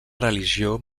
religió